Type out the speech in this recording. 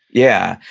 yeah.